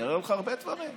אני אראה לך הרבה דברים,